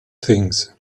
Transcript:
things